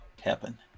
Happen